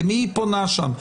למי היא פונה שם?